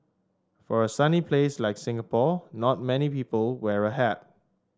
for a sunny place like Singapore not many people wear a hat